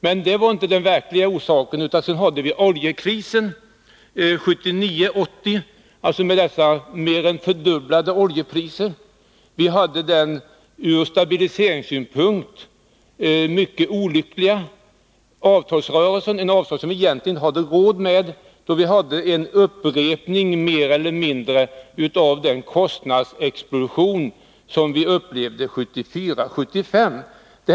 Men det var inte den verkliga orsaken, utan vi hade också oljekrisen 1979 och 1980 med de mer än fördubblade oljepriserna. Vi hade den ur stabiliseringssynpunkt mycket olyckliga avtalsrörelsen, en avtalsrörelse som vi egentligen inte hade råd med. Vi fick då mer eller mindre en upprepning av den kostnadsexplosion som vi upplevde 1974 och 1975.